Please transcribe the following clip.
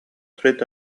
tritt